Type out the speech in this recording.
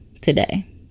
today